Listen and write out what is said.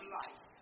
life